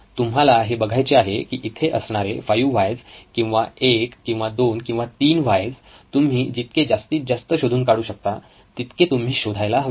तुम्हाला हे बघायचे आहे की इथे असणारे फाईव्ह व्हायज् किंवा 1 किंवा 2 किंवा 3 व्हायज् तुम्ही जितके जास्तीत जास्त शोधून काढू शकता तितके तुम्ही शोधायला हवेत